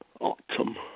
Autumn